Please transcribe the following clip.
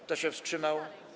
Kto się wstrzymał?